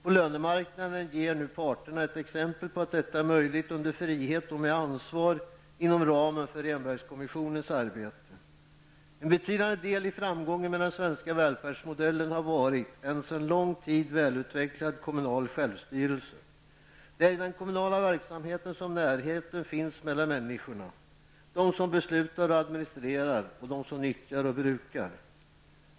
På lönemarknaden ger nu parterna ett exempel på att detta är möjligt under frihet och med ansvar inom ramen för Rehnbergkommissionens arbete. En betydande del i framgången med den svenska välfärdsmodellen har varit en sedan lång tid välutvecklad kommunal självstyrelse. Det är i den kommunala verksamheten som närheten finns mellan människorna -- mellan dem som beslutar och administrerar och dem som nyttjar och brukar.